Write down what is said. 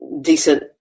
decent